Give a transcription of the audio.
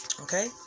okay